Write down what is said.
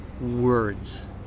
words